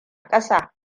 kasa